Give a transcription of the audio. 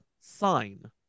sign